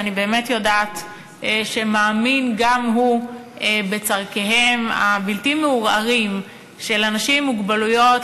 שאני באמת יודעת שגם הוא מאמין בצורך הבלתי-מעורער של אנשים עם מוגבלויות